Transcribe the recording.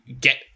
get